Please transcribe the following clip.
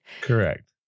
Correct